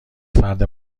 فرد